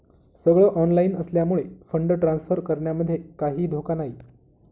सगळ ऑनलाइन असल्यामुळे fund transfer करण्यामध्ये काहीही धोका नाही